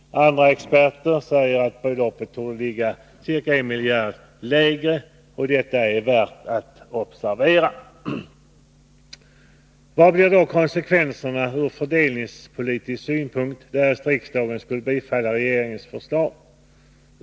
Andra experter säger att beloppet torde ligga 1 miljard lägre, vilket är värt att observera. Vad blir då konsekvenserna ur fördelningspolitisk synpunkt, därest riksdagen skulle bifalla regeringens förslag?